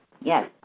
Yes